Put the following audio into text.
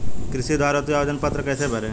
कृषि उधार हेतु आवेदन पत्र कैसे भरें?